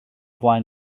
flaen